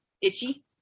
itchy